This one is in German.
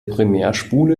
primärspule